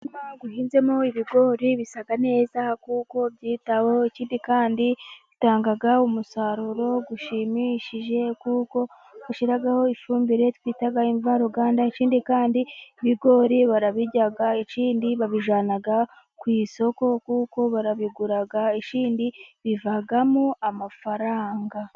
Umurima uhinzemo ibigori bisa neza kuko byitaweho, ikindi kandi bitanga umusaruro ushimishije, kuko bashyiraho ifumbire twita imvaruganda, ikindi kandi ibigori barabirya, ikindi babijyana ku isoko kuko barabigura, ikindi bivamo amafaranga.